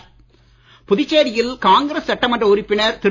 தனவேலு புதுச்சேரியில் காங்கிரஸ் சட்டமன்ற உறுப்பினர் திரு